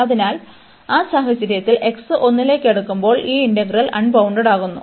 അതിനാൽ ആ സാഹചര്യത്തിൽ x 1 ലേക്ക് അടുക്കുമ്പോൾ ഈ ഇന്റഗ്രൽ അൺബൌണ്ടഡ്ഡാകുന്നു